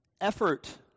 effort